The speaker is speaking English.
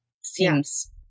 seems